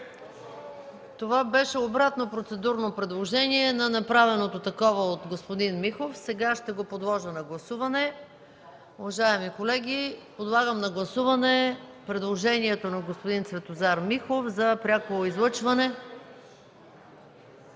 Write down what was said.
Това беше обратно процедурно предложение на направеното такова от господин Михов. Сега ще го подложа на гласуване. Уважаеми колеги, подлагам на гласуване предложението на господин Цветомир Михов за пряко излъчване